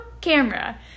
camera